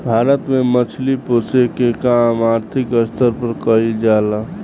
भारत में मछली पोसेके के काम आर्थिक स्तर पर कईल जा ला